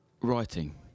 Writing